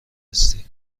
هستی